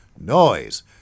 noise